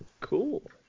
Cool